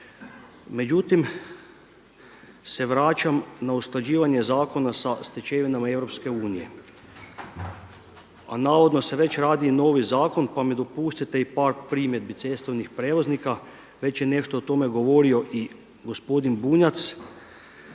Međutim, se vraćam na usklađivanje zakona sa stečevinama EU, a navodno se već radi i novi zakon, pa mi dopustite i par primjedbi cestovnih prijevoznika. Već je nešto o tome govorio i gospodin Bunjac